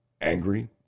angry